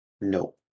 No